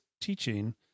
teaching